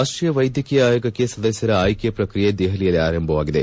ರಾಷ್ಟೀಯ ವೈದ್ಯಕೀಯ ಆಯೋಗಕ್ಕೆ ಸದಸ್ಯರ ಆಯ್ಕೆ ಪ್ರಕ್ರಿಯೆ ದೆಪಲಿಯಲ್ಲಿ ಆರಂಭವಾಗಿದೆ